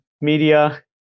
media